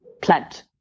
plant